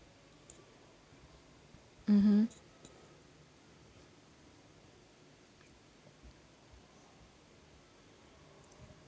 mmhmm